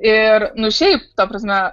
ir nu šiaip ta prasme